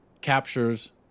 captures